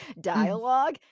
dialogue